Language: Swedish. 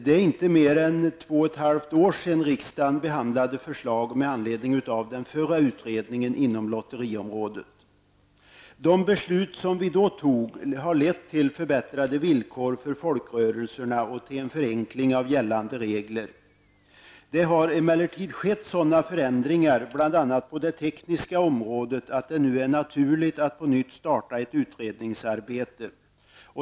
Det är inte mer än två och ett halvt år sedan riksdagen behandlade förslag med anledning av förra utredningen inom lotteriområdet. De beslut vi då fattade har lett till förbättrade villkor för folkrörelserna och till en förenkling av gällande regler. Det har emellertid skett sådana förändringar, bl.a. på det tekniska området, att det nu är naturligt att på nytt starta ett utredningsarbete.